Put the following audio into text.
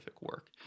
work